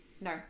No